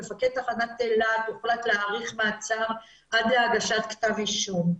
מפקד תחנת אילת הוחלט להאריך מעצר עד להגשת כתב אישום.